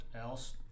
else